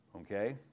Okay